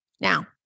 Now